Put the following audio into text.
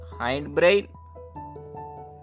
hindbrain